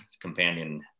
companion